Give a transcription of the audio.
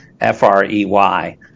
F-R-E-Y